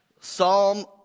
Psalm